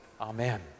amen